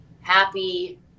happy